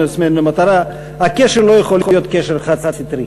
למטרה זה שהקשר לא יכול להיות קשר חד-סטרי.